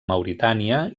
mauritània